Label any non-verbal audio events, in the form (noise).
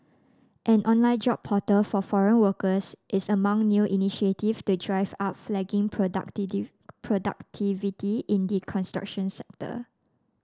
an online job portal for foreign workers is among new initiatives to drive up flagging (unintelligible) productivity in the construction sector